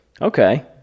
Okay